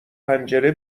پنجره